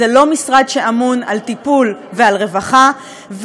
זה לא משרד שאמון על טיפול ועל רווחה.